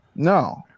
No